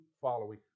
following